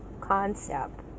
concept